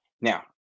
Now